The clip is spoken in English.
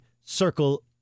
circle